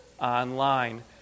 online